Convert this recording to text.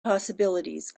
possibilities